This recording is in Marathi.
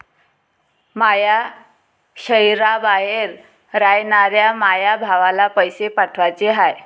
माया शैहराबाहेर रायनाऱ्या माया भावाला पैसे पाठवाचे हाय